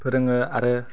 फोरोङो आरो